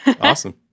awesome